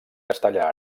castellà